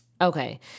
okay